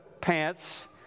pants